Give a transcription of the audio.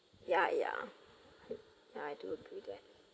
yeah yeah yeah I do agree that